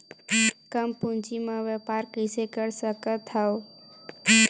कम पूंजी म व्यापार कइसे कर सकत हव?